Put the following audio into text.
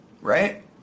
right